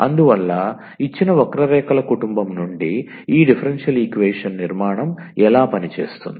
అందువల్ల ఇచ్చిన వక్రరేఖల కుటుంబం నుండి ఈ డిఫరెన్షియల్ ఈక్వేషన్ నిర్మాణం ఎలా పనిచేస్తుంది